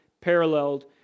paralleled